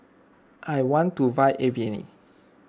I want to buy Avene